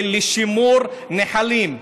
של שימור נחלים.